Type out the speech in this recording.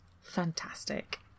Fantastic